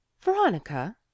veronica